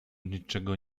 niczego